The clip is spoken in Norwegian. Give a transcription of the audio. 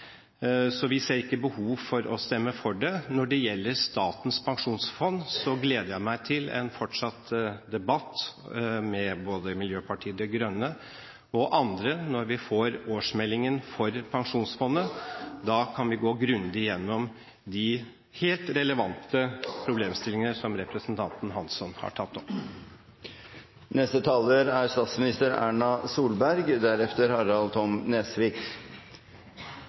så vi ser ikke behov for å stemme for dem. Når det gjelder Statens pensjonsfond, gleder jeg meg til en fortsatt debatt med både Miljøpartiet De Grønne og andre når vi får årsmeldingen for pensjonsfondet. Da kan vi gå grundig gjennom de helt relevante problemstillingene som representanten Hansson har tatt opp.